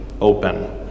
open